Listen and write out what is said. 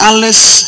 Alice